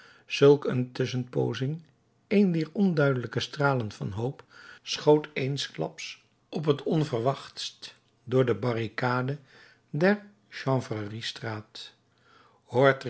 zulk een tusschenpoozing een dier onduidelijke stralen van hoop schoot eensklaps op het onverwachts door de barricade der chanvreriestraat hoort